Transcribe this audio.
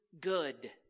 good